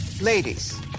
Ladies